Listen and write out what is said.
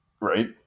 right